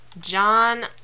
John